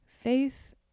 Faith